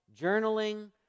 journaling